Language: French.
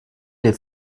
les